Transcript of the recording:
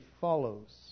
follows